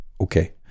Okay